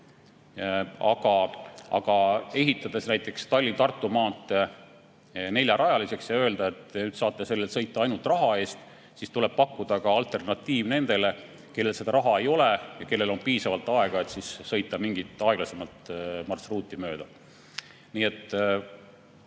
kui ehitada näiteks Tallinna–Tartu maantee neljarajaliseks ja öelda, et te saate sellel sõita ainult raha eest, siis tuleb pakkuda ka alternatiiv nendele, kellel seda raha ei ole ja kellel on piisavalt aega, et sõita mingit aeglasemat marsruuti mööda. Nii et